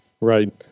Right